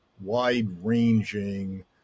wide-ranging